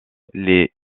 les